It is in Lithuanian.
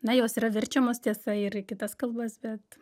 na jos yra verčiamos tiesa ir į kitas kalbas bet